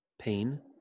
pain